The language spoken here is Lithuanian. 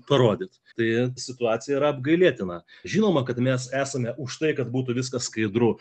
parodyt tai situacija yra apgailėtina žinoma kad mes esame už tai kad būtų viskas skaidru